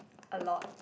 a lot